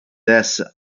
des